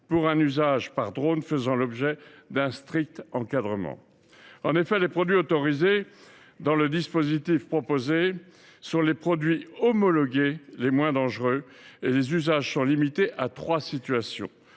pour un usage par drone faisant l’objet d’un strict encadrement. En effet, les produits autorisés dans le dispositif proposé sont les produits homologués les moins dangereux, et les usages concernés se limitent à trois situations,